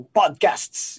podcasts